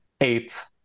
eighth